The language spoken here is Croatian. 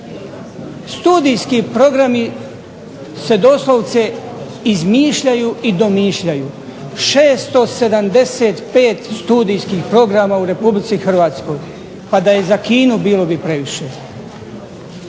Studijski programi se doslovce izmišljaju i domišljaju. 675 studijskih programa u Republici Hrvatskoj, pa da je za Kinu bilo bi previše.